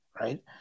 right